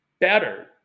better